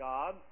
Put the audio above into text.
God